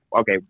okay